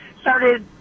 started